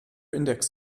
index